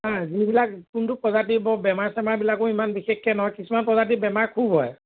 যিবিলাক কোনটো প্ৰজাতিবোৰ বেমাৰ চেমাৰবিলাকো ইমান বিশেষকে নহয় কিছুমান প্ৰজাতিৰ বেমাৰ খুব হয়